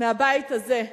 מהבית הזה: